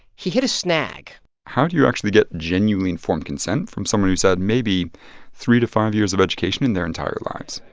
he hit a snag how do you actually get genuinely informed consent from someone who's had maybe three to five years of education in their entire lives?